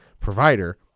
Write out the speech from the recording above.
provider